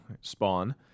Spawn